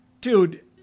dude